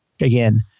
again